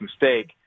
mistake